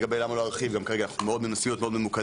לגבי למה להרחיב מאוד מנסים להיות ממוקדים,